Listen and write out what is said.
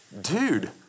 dude